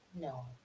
No